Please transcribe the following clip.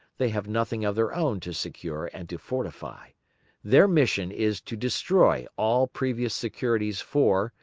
they have nothing of their own to secure and to fortify their mission is to destroy all previous securities for,